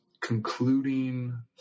concluding